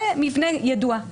זה מבנה ידוע.